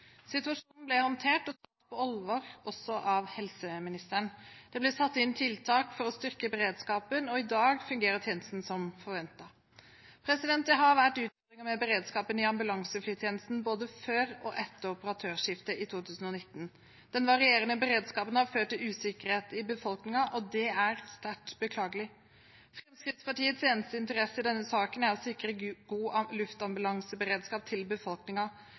Situasjonen ble håndtert og tatt på alvor, også av helseministeren. Det ble satt inn tiltak for å styrke beredskapen, og i dag fungerer tjenesten som forventet. Det har vært utfordringer med beredskapen i ambulanseflytjenesten både før og etter operatørskiftet i 2019. Den varierende beredskapen har ført til usikkerhet i befolkningen, og det er sterkt beklagelig. Fremskrittspartiets eneste interesse i denne saken er å sikre god luftambulanseberedskap til